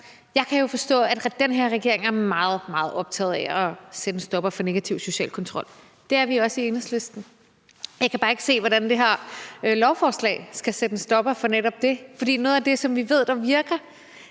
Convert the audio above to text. jo kan forstå, at den her regering er meget, meget optaget af at sætte en stopper for negativ social kontrol – det er vi også i Enhedslisten – men jeg kan bare ikke se, hvordan det her lovforslag skal sætte en stopper for netop det. For noget af det, som vi ved virker,